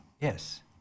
Yes